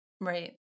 Right